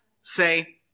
Say